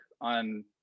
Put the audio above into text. on